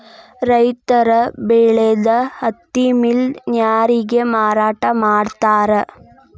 ರೈತರ ಬೆಳದ ಹತ್ತಿ ಮಿಲ್ ನ್ಯಾರಗೆ ಮಾರಾಟಾ ಮಾಡ್ತಾರ